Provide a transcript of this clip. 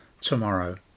tomorrow